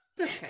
okay